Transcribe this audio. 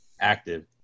active